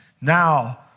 Now